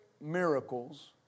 miracles